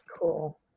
cool